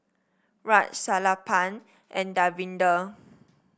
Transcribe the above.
Raj Sellapan and Davinder